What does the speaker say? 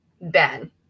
Ben